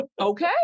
Okay